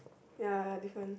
ya ya different